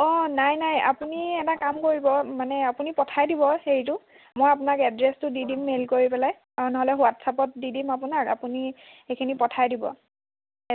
অঁ নাই নাই আপুনি এটা কাম কৰিব মানে আপুনি পঠাই দিব হেৰিটো মই আপোনাক এড্ৰেচটো দি দিম মেইল কৰি পেলাই অঁ নহ'লে হোৱাটচআপত দি দিম আপোনাক আপুনি সেইখিনি পঠাই দিব